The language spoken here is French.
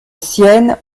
sienne